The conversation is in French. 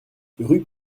rue